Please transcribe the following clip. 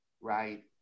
right